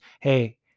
Hey